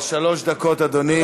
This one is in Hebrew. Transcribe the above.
שלוש דקות, אדוני.